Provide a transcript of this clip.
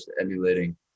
emulating